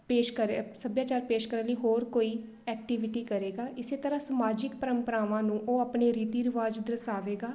ਪੇਸ਼ ਕਰੇ ਸੱਭਿਆਚਾਰ ਪੇਸ਼ ਕਰਨ ਲਈ ਹੋਰ ਕੋਈ ਐਕਟੀਵਿਟੀ ਕਰੇਗਾ ਇਸ ਤਰ੍ਹਾਂ ਸਮਾਜਿਕ ਪਰੰਪਰਾਵਾਂ ਨੂੰ ਉਹ ਆਪਣੇ ਰੀਤੀ ਰਿਵਾਜ਼ ਦਰਸਾਵੇਗਾ